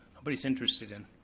nobody's interested in.